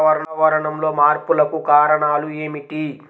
వాతావరణంలో మార్పులకు కారణాలు ఏమిటి?